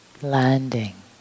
landing